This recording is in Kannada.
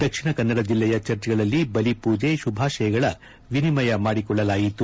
ದಕ್ಷಿಣ ಕನ್ನಡ ಜಿಲ್ಲೆಯ ಚರ್ಚ್ಗಳಲ್ಲಿ ಬಲಿಪೂಜೆಶುಭಾಶಯಗಳ ವಿನಿಮಯ ಮಾಡಿಕೊಳ್ಳಲಾಯಿತು